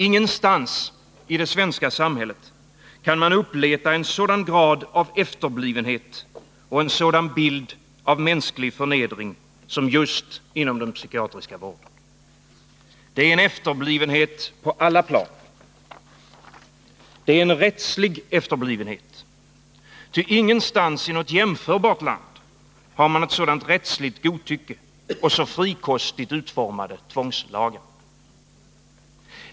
Ingenstans i det svenska samhället kan man uppleta en sådan grad av efterblivenhet och en sådan bild av mänsklig förnedring som just inom den psykiatriska vården. Det är en efterblivenhet på alla plan. Det är en rättslig efterblivenhet, ty ingenstans i något jämförbart land har man ett sådant rättsligt godtycke och så frikostigt utformade tvångslagar.